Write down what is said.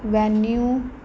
venue